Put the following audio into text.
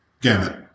gamut